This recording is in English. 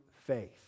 faith